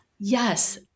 Yes